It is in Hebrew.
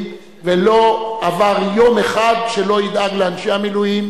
ולא עבר יום אחד שלא ידאג לאנשי המילואים,